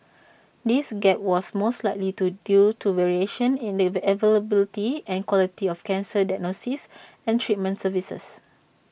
this gap was most likely to due to variations in the availability and quality of cancer diagnosis and treatment services